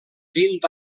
vint